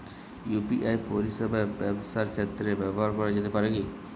UPI পরিষেবা ব্যবসার ক্ষেত্রে ব্যবহার করা যেতে পারে কি?